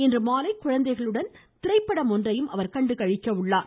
இன்று மாலை குழந்தைகளுடன் திரைப்படம் ஒன்றையும் அவர் கண்டுகளிக்கிறார்